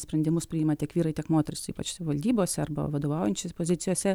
sprendimus priima tiek vyrai tiek moterys ypač valdybose arba vadovaujančiose pozicijose